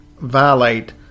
violate